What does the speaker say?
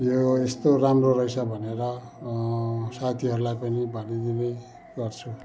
यो यस्तो राम्रो रहेछ भनेर साथीहरूलाई पनि भनिदिने गर्छु